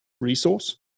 resource